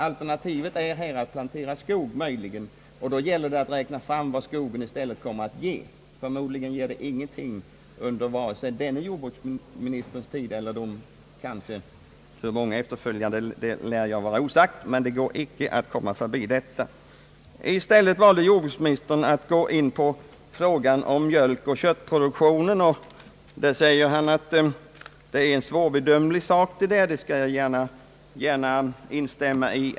Alter nativet här är oftast att plantera skog, och då gäller det att räkna fram vad skogen i stället kommer att ge längre fram, Förmodligen ger den ingenting under den nuvarande jordbruksministerns tid, ej heller under många efterföljande jordbruksministrars tid — hur många vill jag låta vara osagt. Men det går inte att komma förbi det räknestycket. I stället valde jordbruksministern att gå in på frågan om mjölkoch köttproduktionen. Han sade att detta är en svårbedömbar fråga. Det skall jag gärna instämma i.